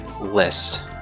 list